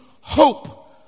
Hope